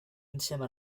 insieme